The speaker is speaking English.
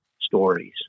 stories